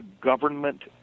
government